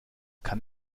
kann